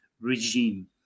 regime